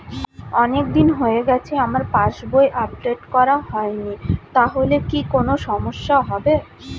অনেকদিন হয়ে গেছে আমার পাস বই আপডেট করা হয়নি তাহলে কি কোন সমস্যা হবে?